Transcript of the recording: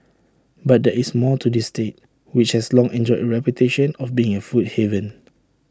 but there is more to this state which has long enjoyed A reputation of being A food haven